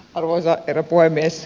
arvoisa herra puhemies